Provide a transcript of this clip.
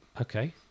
okay